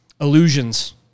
illusions